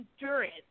endurance